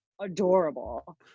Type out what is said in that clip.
adorable